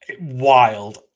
wild